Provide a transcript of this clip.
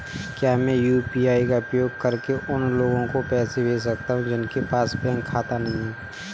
क्या मैं यू.पी.आई का उपयोग करके उन लोगों को पैसे भेज सकता हूँ जिनके पास बैंक खाता नहीं है?